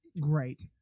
Great